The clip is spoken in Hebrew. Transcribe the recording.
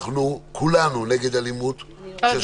כולנו נגד אלימות של שוטרים --- זה